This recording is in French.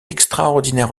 extraordinaire